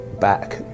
back